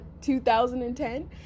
2010